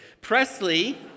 Presley